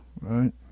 right